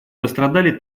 пострадали